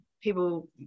People